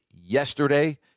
yesterday